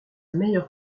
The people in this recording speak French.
meilleure